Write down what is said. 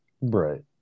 Right